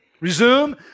Resume